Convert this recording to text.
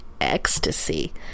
ecstasy